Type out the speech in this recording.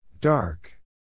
Dark